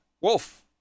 Wolf